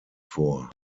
vor